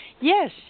Yes